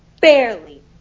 barely